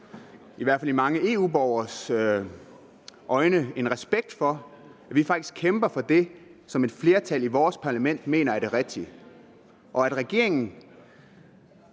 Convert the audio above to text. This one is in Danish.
i hvert fald i mange EU-borgeres øjne – en respekt for, at vi kæmper for det, som et flertal i vores parlament mener er det rigtige. Og at regeringen